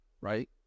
right